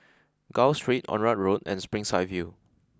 Gul Street Onraet Road and Springside View